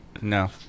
No